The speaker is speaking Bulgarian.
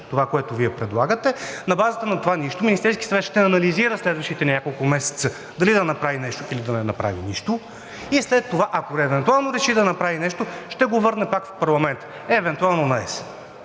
това, което Вие предлагате. На базата на това нищо Министерският съвет ще анализира следващите няколко месеца дали да направи нещо, или да не направи нищо, и след това, ако евентуално реши да направи нещо, ще го върне пак в парламента, евентуално наесен.